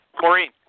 Maureen